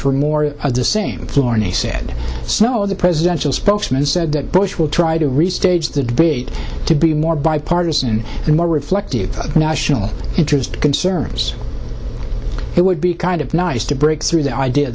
for more of the same floor in a sad snow the presidential spokesman said that bush will try to restage the debate to be more bipartisan and more reflective of national interest concerns it would be kind of nice to break through the